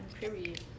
Period